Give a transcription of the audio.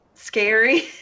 Scary